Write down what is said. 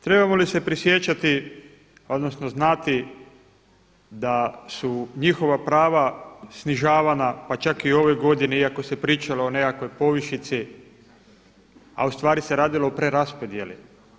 Trebamo li se prisjećati odnosno znati da su njihova prava snižavana pa čak i u ovoj godini iako se pričalo o nekakvoj povišici a ustvari se radilo o preraspodjeli.